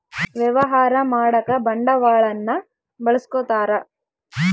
ವ್ಯವಹಾರ ಮಾಡಕ ಬಂಡವಾಳನ್ನ ಬಳಸ್ಕೊತಾರ